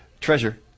treasure